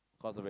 not so bad